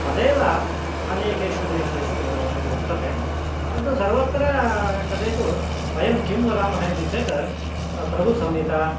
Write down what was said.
तदेव अनेकेषु देशेषु वर्तते परन्तु सर्वत्र कथयतु वयं किं वदामः इति चेत् प्रभुसंहिता